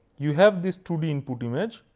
you have this two d input image,